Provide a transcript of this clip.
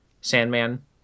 Sandman